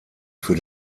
für